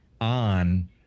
on